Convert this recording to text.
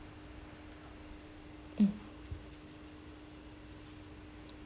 mm